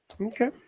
Okay